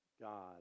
God